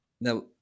Now